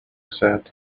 said